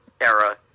era